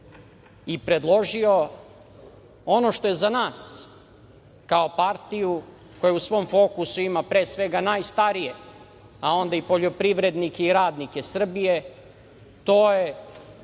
i predložio. Ono što je za nas kao partiju koja u svom fokusu ima najstarije, a onda i poljoprivrednike i radnike Srbije, to je